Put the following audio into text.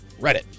Reddit